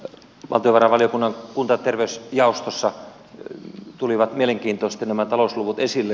valtiovarainvaliokunnan kunta ja terveysjaostossa tulivat mielenkiintoisesti nämä talousluvut esille